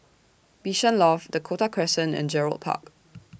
Bishan Loft Dakota Crescent and Gerald Park